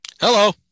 Hello